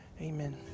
Amen